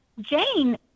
Jane